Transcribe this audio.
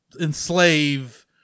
enslave